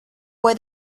fue